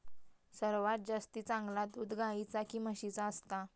सर्वात जास्ती चांगला दूध गाईचा की म्हशीचा असता?